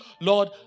Lord